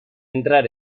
entrar